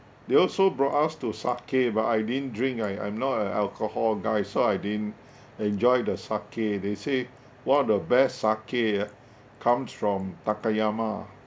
they also brought us to sake but I didn't drink I I'm not a alcohol guy so I didn't enjoy the sake they say one of the best sake ah comes from takayama